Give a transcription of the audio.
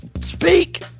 speak